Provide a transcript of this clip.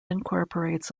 incorporates